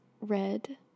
red